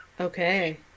Okay